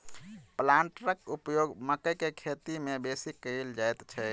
प्लांटरक उपयोग मकइ के खेती मे बेसी कयल जाइत छै